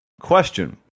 Question